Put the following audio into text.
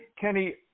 Kenny